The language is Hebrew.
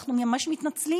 אנחנו ממש מתנצלים,